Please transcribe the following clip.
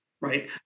right